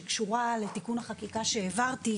שקשורה לתיקון החקיקה שהעברתי,